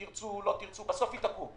אם תרצו או לא תרצו בסוף היא תקום,